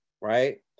right